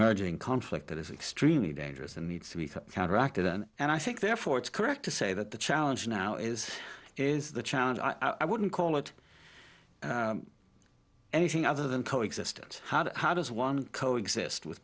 emerging conflict that is extremely dangerous and needs to be counteracted and and i think therefore it's correct to say that the challenge now is is the challenge i wouldn't call it anything other than coexistence how to how does one coexist with